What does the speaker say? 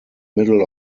middle